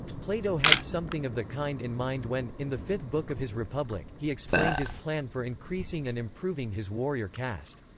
plato had something of the kind in mind when, in the fifth book of his republic, he explained his plan for increasing and improving his warrior caste.